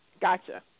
Gotcha